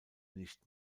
nicht